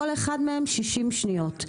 כל אחד מהם 60 שניות,.